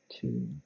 Two